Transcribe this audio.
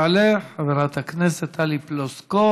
תעלה חברת הכנסת טלי פלוסקוב,